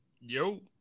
Yo